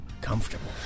comfortable